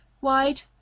wide